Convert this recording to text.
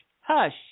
hush